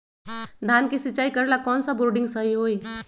धान के सिचाई करे ला कौन सा बोर्डिंग सही होई?